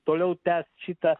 toliau tęst šitą